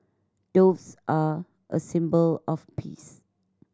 doves are a symbol of peace